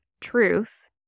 truth